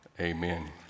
amen